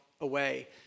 away